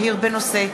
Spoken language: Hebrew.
בנושא: